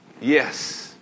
Yes